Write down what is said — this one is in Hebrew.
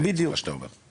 לפי מה שאתה אומר בדיוק.